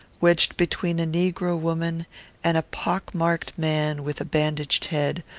wedged between a negro woman and a pock-marked man with a bandaged head,